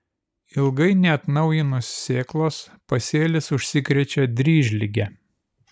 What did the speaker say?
ilgai neatnaujinus sėklos pasėlis užsikrečia dryžlige